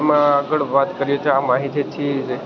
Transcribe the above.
એમાં આગળ વાત કરીએ તો આ માહિતીથી